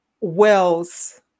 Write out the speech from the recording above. wells